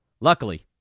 Luckily